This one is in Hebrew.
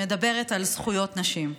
מדברת על זכויות נשים: